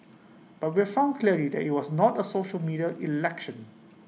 but we've found clearly that IT was not A social media election